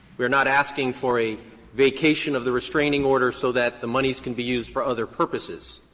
we are not asking for a vacation of the restraining order so that the moneys can be used for other purposes.